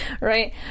Right